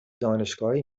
دانشگاهی